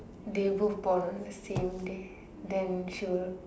they both born on the same day then she was